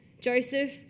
Joseph